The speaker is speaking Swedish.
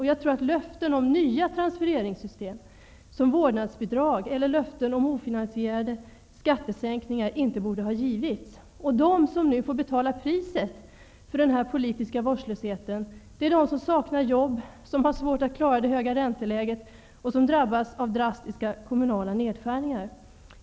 Jag tror att löften om nya transfereringssystem som vårdnadbidrag eller löften om ofinansierade skattesänkningar inte borde ha givits. De som nu får betala priset för denna politiska vårdslöshet är de som saknar jobb, som har svårt att klara det höga ränteläget och som drabbas av drastiska kommunala nedskärningar.